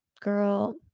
girl